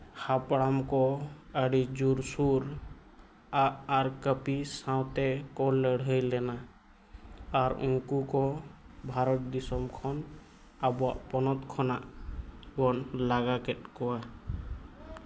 ᱦᱟᱯᱲᱟᱢ ᱠᱚ ᱟᱹᱰᱤ ᱡᱳᱨᱥᱳᱨ ᱟᱸᱜ ᱟᱨ ᱠᱟᱹᱯᱤ ᱥᱟᱶᱛᱮ ᱠᱚ ᱞᱟᱹᱲᱦᱟᱹᱭ ᱞᱮᱱᱟ ᱟᱨ ᱩᱱᱠᱩ ᱠᱚ ᱵᱷᱟᱨᱚᱛ ᱫᱤᱥᱚᱢ ᱠᱷᱚᱱ ᱟᱵᱚᱣᱟᱜ ᱯᱚᱱᱚᱛ ᱠᱷᱚᱱᱟᱜ ᱵᱚᱱ ᱞᱟᱜᱟ ᱠᱮᱫ ᱠᱚᱣᱟ